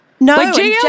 no